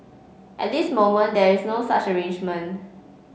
at this moment there is no such arrangement